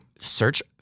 Search